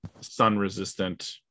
sun-resistant